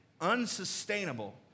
unsustainable